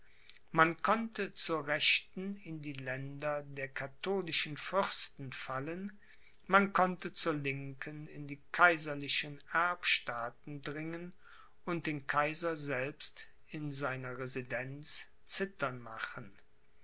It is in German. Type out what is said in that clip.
man konnte zur rechten in die länder der katholischen fürsten fallen man konnte zur linken in die kaiserlichen erbstaaten dringen und den kaiser selbst in seiner residenz zittern machen